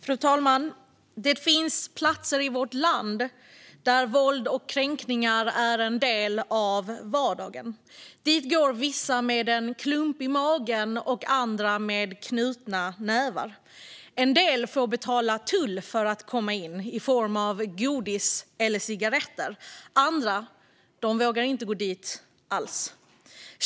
Fru talman! Det finns platser i vårt land där våld och kränkningar är en del av vardagen. Dit går vissa med en klump i magen och andra med knutna nävar. En del får betala tull i form av godis eller cigaretter för att komma in. Andra vågar inte gå dit alls.